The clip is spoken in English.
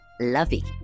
lovey